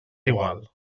igual